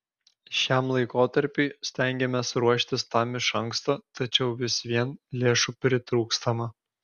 šiam laikotarpiui stengiamės ruoštis tam iš anksto tačiau vis vien lėšų pritrūkstama